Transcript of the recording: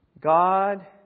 God